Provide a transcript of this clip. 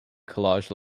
collage